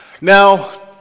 Now